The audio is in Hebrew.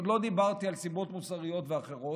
עוד לא דיברתי על סיבות מוסריות ואחרות.